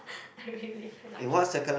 I really cannot keep